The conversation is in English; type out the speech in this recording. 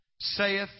saith